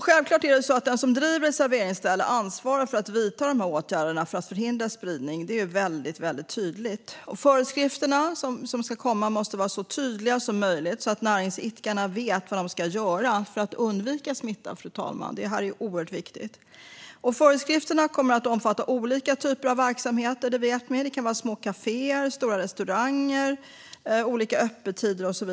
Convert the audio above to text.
Självfallet är det den som driver ett serveringsställe som ansvarar för att vidta åtgärder för att förhindra spridning. Detta är tydligt. De föreskrifter som ska komma måste vara så tydliga som möjligt så att näringsidkarna vet vad de ska göra för att undvika smitta. Detta är oerhört viktigt. Föreskrifterna kommer att omfatta olika typer av verksamheter. Det kan vara små kaféer eller stora restauranger med olika öppettider.